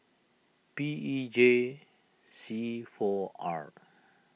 P E J C four R